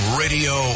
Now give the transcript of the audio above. radio